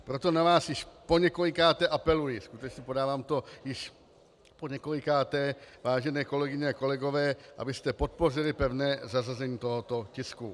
Proto na vás již poněkolikáté apeluji, podávám to skutečně už poněkolikáté, vážené kolegyně a kolegové, abyste podpořili pevné zařazení tohoto tisku.